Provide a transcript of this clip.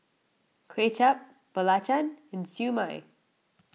Kway Chap Belacan and Siew Mai